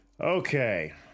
Okay